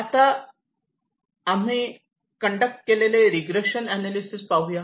आता आम्ही कंडक्ट केलेले रिग्रेशन अनालिसेस पाहूया